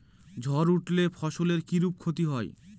ঝড় উঠলে ফসলের কিরূপ ক্ষতি হয়?